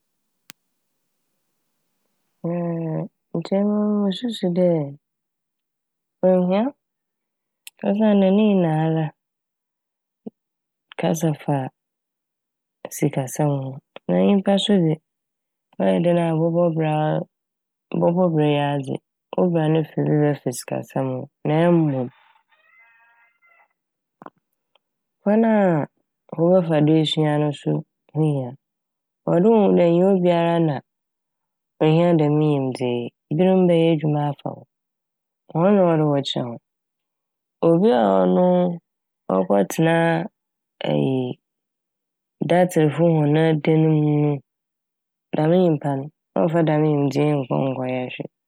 Nkyɛ emi mususu dɛ ohia osiandɛ ne nyinara kasa fa sikasɛm ho. Na nyimpa so dze ɔyɛ dɛn a ebɔbɔ bra a ebɔbɔ bra yi a dze wo bra ne fa bi bɛfa sikasɛm ho na emom kwan a wɔbɛfa do esua no so hi hia. Ɔwɔ dɛ wohu dɛ nnyɛ obiara na ohia dɛm nyimdzee yi binom bɛyɛ edwuma afa hɔ, hɔn na ɔwɔ dɛ wɔkyerɛ hɔn. Obi a ɔno ɔkɔtsena a eyi datserfo hɔn adan mu dɛm nyimpa no ɔmmfa dɛm nyimdzee yi nnkɔ nnkɛyɛ hwee.